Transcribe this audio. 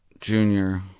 junior